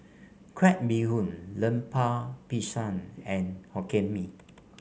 Crab Bee Hoon Lemper Pisang and Hokkien Mee